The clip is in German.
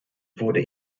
wurde